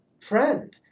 Friend